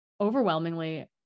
overwhelmingly